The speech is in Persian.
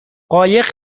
قایق